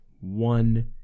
one